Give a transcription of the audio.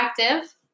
active